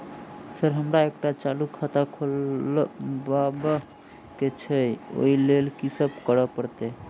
Sir हमरा एकटा चालू खाता खोलबाबह केँ छै ओई लेल की सब करऽ परतै?